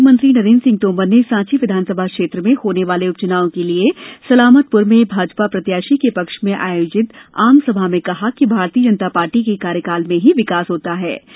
आज केंद्रीय मंत्री नरेन्द्रसिंह तोमर ने साँची विधानसभा क्षेत्र में होने वाले उपचुनाव के लिये सलामतपुर में भाजपा प्रत्याशी के पक्ष में आयोजित आमसभा में भारतीय जनता पार्टी के कार्यकाल में ही विकास होता है